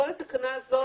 כל התקנה הזו